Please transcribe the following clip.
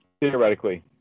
theoretically